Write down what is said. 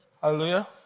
Hallelujah